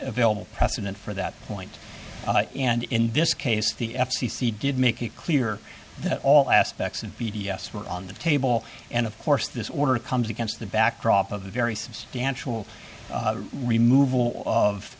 available precedent for that point and in this case the f c c did make it clear that all aspects of b d s were on the table and of course this order comes against the backdrop of a very substantial removal of